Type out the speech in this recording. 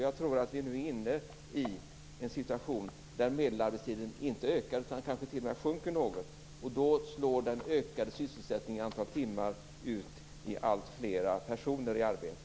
Jag tror att vi nu är inne i en situation där medelarbetstiden inte ökar utan kanske t.o.m. sjunker något. Då slår den ökade sysselsättningen i antal timmar ut i allt flera personer i arbete.